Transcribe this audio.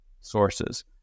sources